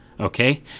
Okay